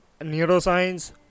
neuroscience